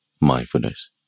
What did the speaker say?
mindfulness